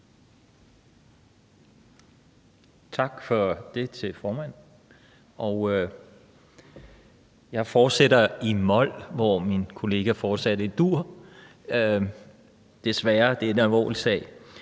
Tak for det til formanden. Jeg fortsætter i mol, hvor min kollega fortsatte i dur. Desværre, for det er en alvorlig sag: